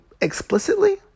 explicitly